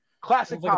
Classic